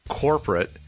corporate